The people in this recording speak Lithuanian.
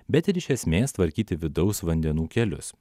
bet ir iš esmės tvarkyti vidaus vandenų kelius